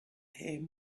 him